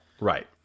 Right